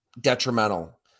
detrimental